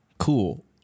cool